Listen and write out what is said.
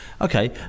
Okay